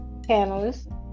panelists